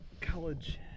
college